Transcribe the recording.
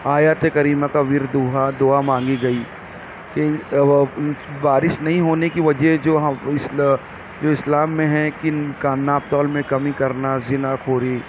آیات کریمہ کا ورد ہوا دعا مانگی گئی بارش نہیں ہونے کی وجہ جو اسلام میں ہے کہ ناپ تول میں کمی کرنا زناخوری